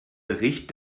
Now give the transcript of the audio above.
bericht